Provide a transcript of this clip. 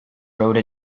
rode